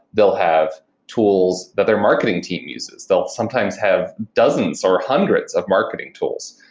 they'll have tools that their marketing team uses. they'll sometimes have dozens or hundreds of marketing tools.